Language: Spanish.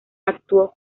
actuó